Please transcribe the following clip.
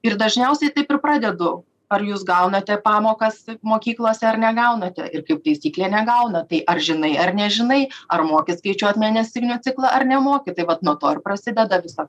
ir dažniausiai taip ir pradedu ar jūs gaunate pamokas mokyklose ar negaunate ir kaip taisyklė negauna tai ar žinai ar nežinai ar moki skaičiuot mėnesinių ciklą ar nemoki tai vat nuo to ir prasideda visa